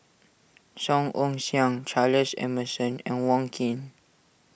Song Ong Siang Charles Emmerson and Wong Keen